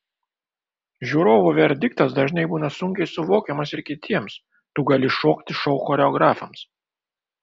žiūrovų verdiktas dažnai būna sunkiai suvokiamas ir kitiems tu gali šokti šou choreografams